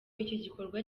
igikorwa